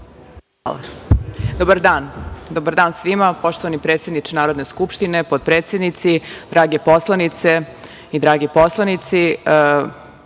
Mihajlović** Dobar dan svima, poštovani predsedniče Narodne skupštine, potpredsednici, drage poslanice i dragi poslanici.